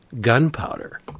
gunpowder